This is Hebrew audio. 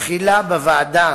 תחילה בוועדה